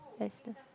as the